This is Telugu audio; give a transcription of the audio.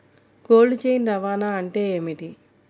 కోల్డ్ చైన్ రవాణా అంటే ఏమిటీ?